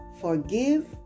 Forgive